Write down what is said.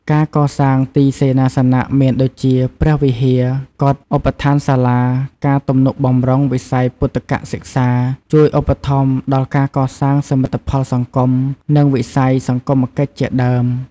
ការកសាងទីសេនាសនៈមានដូចជា ព្រះវិហារ កុដិ ឧបដ្ឋានសាលា ការទំនុកបម្រុងវិស័យពុទ្ធិកសិក្សា ជួយឧបត្ថម្ភដល់ការកសាងសមិទ្ធផលសង្គម និងវិស័យ សង្គមកិច្ចជាដើម។